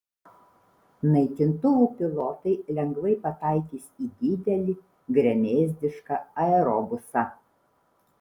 naikintuvų pilotai lengvai pataikys į didelį gremėzdišką aerobusą